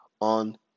on